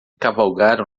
cavalgaram